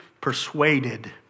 persuaded